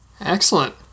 Excellent